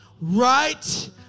right